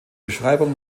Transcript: beschreibung